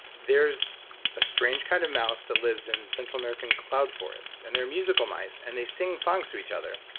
there's a strange kind of mouse that lives in central american cloud forests and they're musical mice and they sing songs to each other.